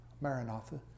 Maranatha